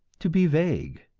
to be vague.